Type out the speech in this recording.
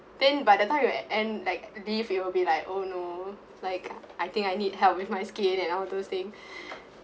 then by the time you e~ end like leave you know you will be like oh no like I think I need help with my skin and all those thing